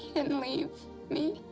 didn't leave me.